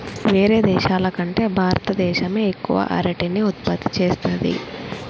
వేరే దేశాల కంటే భారత దేశమే ఎక్కువ అరటిని ఉత్పత్తి చేస్తంది